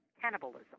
cannibalism